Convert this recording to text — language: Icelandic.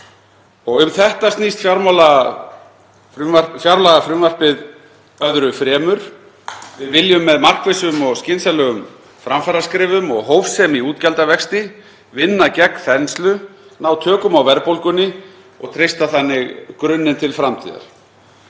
um þetta snýst fjárlagafrumvarpið öðru fremur. Við viljum með markvissum og skynsamlegum framfaraskrefum og hófsemi í útgjaldavexti, vinna gegn þenslu, ná tökum á verðbólgunni og treysta þannig grunninn til framtíðar.